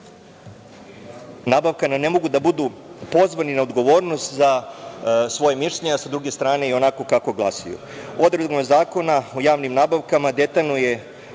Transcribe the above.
nabavkama ne mogu da budu pozvani na odgovornost za svoje mišljenje, a sa druge strane ionako kako glasaju. Odredbama Zakona o javnim nabavkama detaljno je